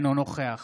אינו נוכח